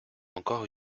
encore